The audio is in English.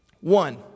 One